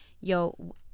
yo